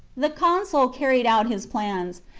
the consul carried out his plan,